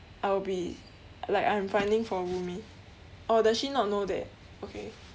I will be like I'm finding for roomie or does she not know that okay